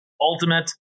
ultimate